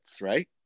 right